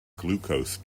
glucose